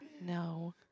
no